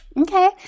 Okay